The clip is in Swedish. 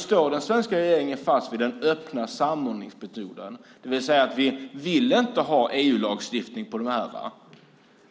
Står den svenska regeringen fast vid den öppna samordningsmetoden, det vill säga att vi inte vill ha EU-lagstiftning när det